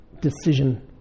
decision